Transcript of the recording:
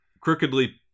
crookedly